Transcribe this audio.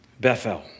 Bethel